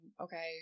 okay